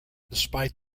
despite